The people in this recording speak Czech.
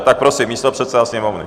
Tak prosím, místopředseda Sněmovny.